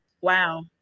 Wow